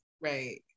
Right